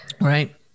Right